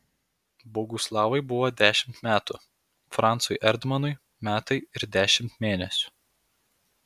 boguslavui buvo dešimt metų francui erdmanui metai ir dešimt mėnesių